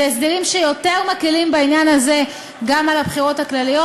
אלה הסדרים שיותר מקלים בעניין הזה גם על הבחירות הכלליות.